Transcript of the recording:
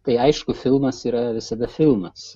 tai aišku filmas yra visada filmas